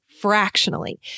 fractionally